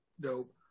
Dope